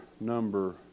number